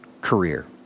career